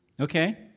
Okay